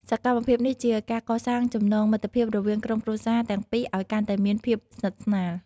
សកម្មភាពនេះជាការកសាងចំណងមិត្តភាពរវាងក្រុមគ្រួសារទាំងពីរឱ្យកាន់តែមានភាពស្និទ្ធស្នាល។